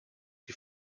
die